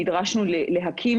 נדרשנו להקים